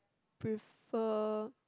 prefer